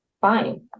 fine